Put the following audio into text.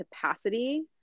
capacity